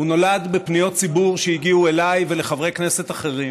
הוא נולד מפניות ציבור שהגיעו אליי ולחברי כנסת אחרים